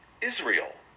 Israel